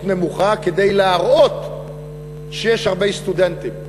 נמוכה כדי להראות שיש הרבה סטודנטים.